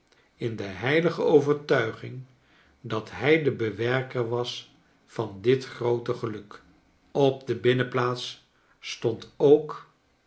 in de heilige overtuiging dat hij de bewerker was van dit groote geluk op de binnenplaats stond ook